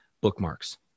Bookmarks